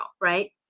right